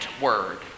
word